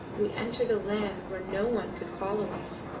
we entered a land where no one could follow us,